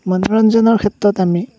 মনোৰঞ্জনৰ ক্ষেত্ৰত আমি